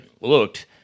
looked